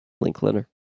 Linklater